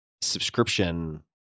subscription